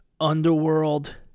underworld